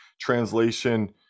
translation